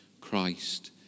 Christ